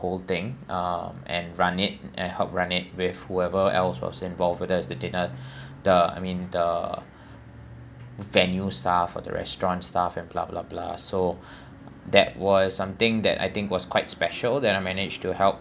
whole thing um and run it and help run it with whoever else was involved with those the dinner uh I mean uh venue staff or the restaurant staff and blah blah blah so that was something that I think was quite special that I managed to help